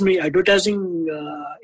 Advertising